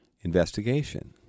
investigation